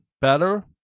better